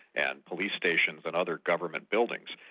and police stations and other government buildings.